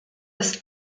ist